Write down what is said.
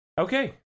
Okay